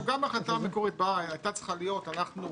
גם ההחלטה המקורית הייתה צריכה להיות: אנחנו